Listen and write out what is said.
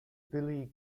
billy